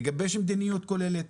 נגבש מדיניות כוללת,